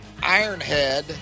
Ironhead